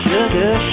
Sugar